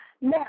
Now